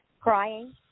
crying